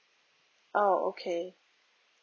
oh okay